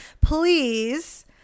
please